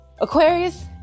Aquarius